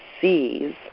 sees